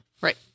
right